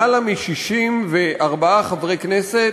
למעלה מ-64 חברי הכנסת,